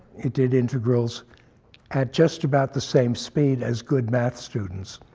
it did integrals at just about the same speed as good math students.